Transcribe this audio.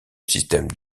système